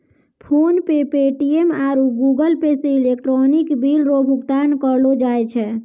PhonePe Paytm आरु Google Pay से electronic bill रो भुगतान करलो जाय छै